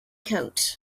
coat